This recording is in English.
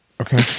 okay